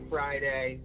Friday